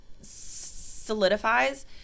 solidifies